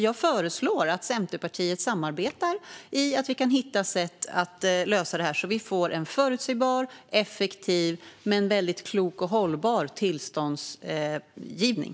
Jag föreslår därför att Centerpartiet samarbetar om att hitta sätt att lösa detta, så att vi får en såväl förutsägbar och effektiv som väldigt klok och hållbar tillståndsgivning.